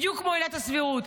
בדיוק כמו עילת הסבירות.